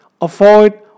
Avoid